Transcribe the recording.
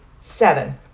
Seven